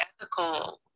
ethical